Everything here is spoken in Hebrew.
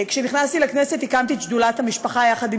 כשנכנסתי לכנסת הקמתי את שדולת המשפחה יחד עם